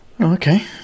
Okay